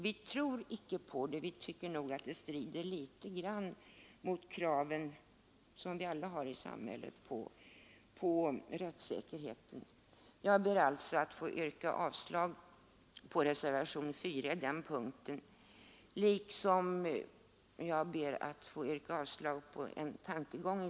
Vi tror icke på förslaget — vi tycker nog att det strider litet mot de krav på rättssäkerheten som vi alla har i samhället. Jag ber alltså att få yrka bifall till utskottets hemställan under D, innebärande avslag på reservationen 4.